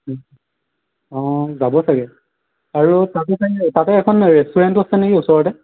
অ যাব চাগৈ আৰু তাতে চাগৈ তাতে এখন ৰেষ্টোৰেণ্টো আছে নেকি ওচৰতে